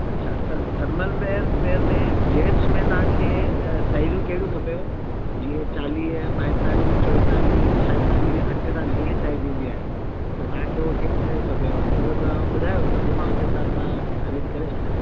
अछा त थर्मल मेअर वेअर में जेंट्स में तव्हांखे अ साइज़ूं कहिड़ी खपेव जीअं चालीह ॿाएतालीह चोएतालीह छाएतालीह अठेतालीह इअं साइज ईंदी आहे त तव्हांखे हू कहिड़ी साइज़ खपेव उहो तव्हां ॿुधायो त पोइ मां उन हिसाब सां अरेंज करे छॾियां